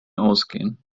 ausgehen